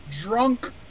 drunk